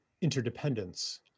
interdependence